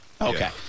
Okay